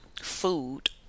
food